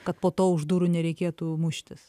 kad po to už durų nereikėtų muštis